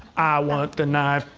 want the knife.